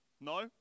No